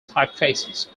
typefaces